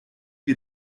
wir